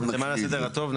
ולכן הכול המשיך אותו דבר.